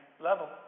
level